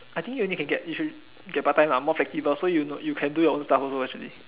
I think you only can get you should get part time lah more flexible so you you can do your own stuff also actually